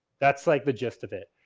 that's like the gist of it.